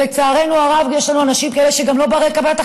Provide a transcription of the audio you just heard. לצערנו הרב, יש לנו אנשים כאלה שהם לא בני-החלטה.